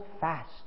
fast